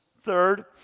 Third